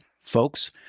Folks